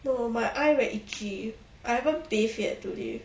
no my eye very itchy I haven't bathe yet today